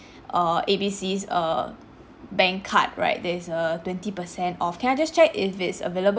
err A B C's err bank card right there is a twenty percent off can I just check if it's availa~